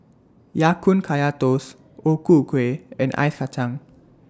Ya Kun Kaya Toast O Ku Kueh and Ice Kachang